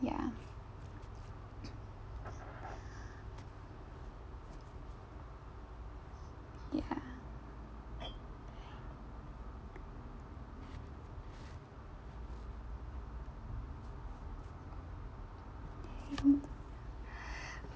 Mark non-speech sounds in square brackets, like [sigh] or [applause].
ya ya [noise] [breath]